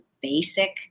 basic